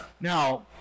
Now